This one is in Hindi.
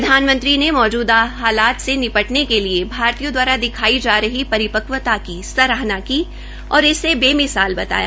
प्रधानमंत्री ने मौजूदा हालात से निपटने के लिए भारतीयों दवारा दिखाई जा रही परिवक्ता की सराहना की और इसे बेमिसाल बताया